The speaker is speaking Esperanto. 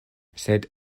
sed